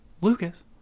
Lucas